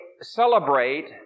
celebrate